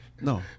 No